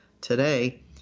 today